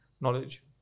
knowledge